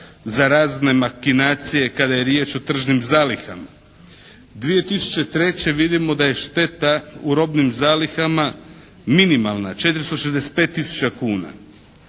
za razne makinacije kada je riječ o tržnim zalihama. 2203. vidimo da je šteta u robnim zalihama minimalna, 465 tisuća kuna.